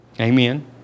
Amen